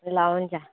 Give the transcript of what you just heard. ल हुन्छ